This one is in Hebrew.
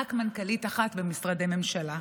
ורק מנכ"לית אחת במשרדי ממשלה.